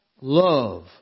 love